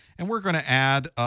and we're going to add,